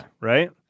Right